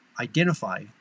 identify